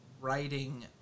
writing